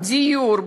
דיור,